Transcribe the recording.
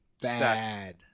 bad